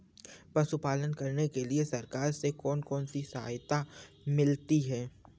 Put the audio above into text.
पशु पालन करने के लिए सरकार से कौन कौन सी सहायता मिलती है